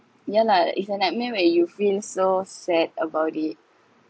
yeah lah it's a nightmare where you feel so sad about it